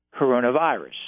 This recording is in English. coronavirus